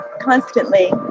constantly